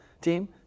team